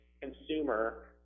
consumer